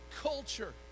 culture